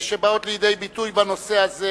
שבאות לידי ביטוי בנושא הזה,